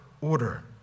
order